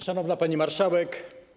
Szanowna Pani Marszałek!